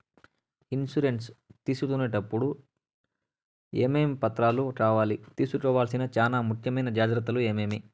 Insurance తీసుకునేటప్పుడు టప్పుడు ఏమేమి పత్రాలు కావాలి? తీసుకోవాల్సిన చానా ముఖ్యమైన జాగ్రత్తలు ఏమేమి?